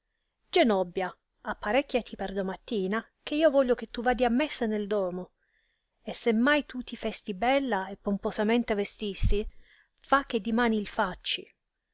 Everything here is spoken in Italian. genobbia apparecchiati per domattina che io voglio che tu vadi a messa nel domo e se mai tu ti festi bella e pomposamente vestisti fa che dimane il facci